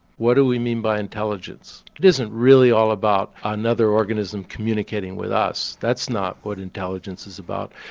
what do we mean by intelligence? it isn't really all about another organism communicating with us, that's not what intelligence is about.